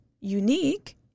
unique